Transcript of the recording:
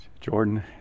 Jordan